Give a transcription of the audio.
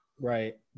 Right